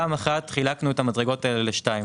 דבר ראשון, חילקנו את המדרגות הללו לשתיים.